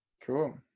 cool